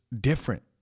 different